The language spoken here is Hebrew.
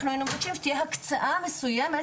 אנחנו היינו מבקשים שתהיה הקצאה מסויימת